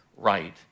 right